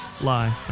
Lie